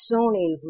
Sony